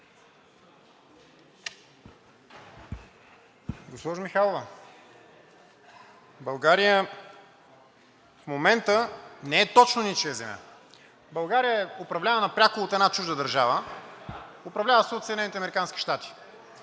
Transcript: Госпожо Михайлова, България в момента не е точно ничия земя. България е управлявана пряко от една чужда държава – управлява се от Съединените американски щати.